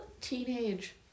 teenage